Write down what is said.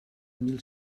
mil